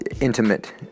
intimate